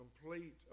complete